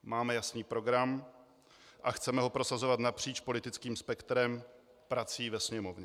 Máme jasný program a chceme ho prosazovat napříč politickým spektrem prací ve Sněmovně.